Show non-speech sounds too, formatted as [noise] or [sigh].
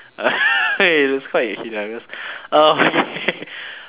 [laughs] it's quite hilarious oh [laughs]